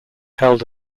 held